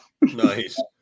Nice